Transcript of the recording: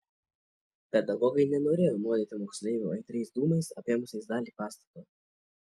pedagogai nenorėjo nuodyti moksleivių aitriais dūmais apėmusiais dalį pastato